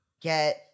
get